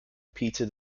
peter